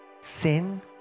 sin